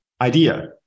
idea